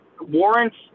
warrants